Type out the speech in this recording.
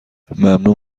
ممنون